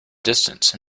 distance